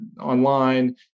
online